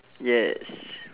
yes